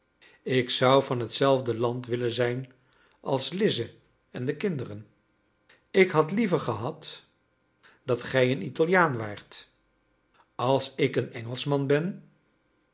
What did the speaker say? ik zou van hetzelfde land willen zijn als lize en de kinderen ik had liever gehad dat gij een italiaan waart als ik een engelschman ben